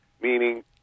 meaning